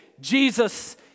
Jesus